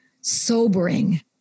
sobering